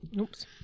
Oops